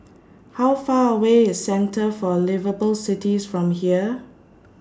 How Far away IS Centre For Liveable Cities from here